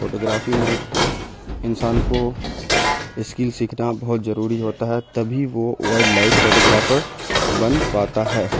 photography میں انسان کو اسکل سیکھنا بہت ضروری ہوتا ہے تبھی وہ ولڈ لائف فوٹوگرافر بن پاتا ہے